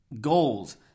goals